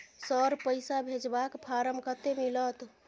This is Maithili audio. सर, पैसा भेजबाक फारम कत्ते मिलत?